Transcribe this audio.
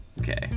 Okay